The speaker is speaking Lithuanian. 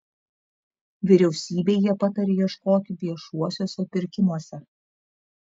vyriausybei jie pataria ieškoti viešuosiuose pirkimuose